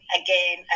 again